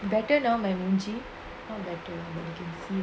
better now my மூஞ்சி:moonji now better நெனைகுரன்:nenaikuran see